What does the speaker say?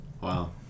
Wow